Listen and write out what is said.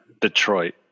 Detroit